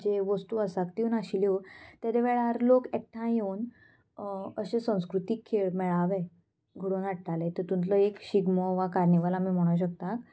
जे वस्तू आसा त्यो नाशिल्ल्यो तेदे वेळार लोक एकठांय येवन अशे संस्कृतीक खेळ मेळावे घडोवन हाडटाले तितूंतलो एक शिगमो वा कार्निवल आमी म्हणो शकता